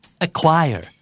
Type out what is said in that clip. Acquire